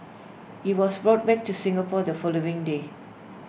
he was brought back to Singapore the following day